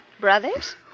Brothers